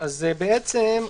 למעשה,